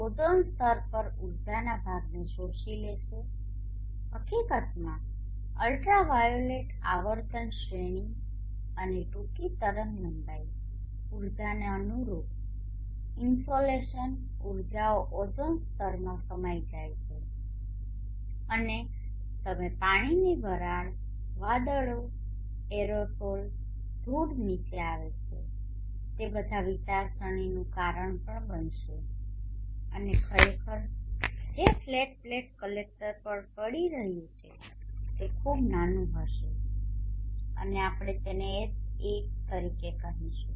ozone સ્તર પણ ઉર્જાના ભાગને શોષી લેશે હકીકતમાં અલ્ટ્રાવાયોલેટ આવર્તન શ્રેણી અને ટૂંકી તરંગલંબાઇ ઉર્જાને અનુરૂપ ઇન્સોલેશન ઉર્જાઓ ઓઝોન સ્તરમાં સમાઈ જાય છે અને તમે પાણીની વરાળ વાદળો એરોસોલ્સ ધૂળ નીચે આવે છે તે બધા વિચારસરણીનું કારણ પણ બનશે અને ખરેખર જે ફ્લેટ પ્લેટ કલેક્ટર પર પડી રહ્યું છે તે ખૂબ નાનું હશે અને આપણે તેને Ha તરીકે કહીશું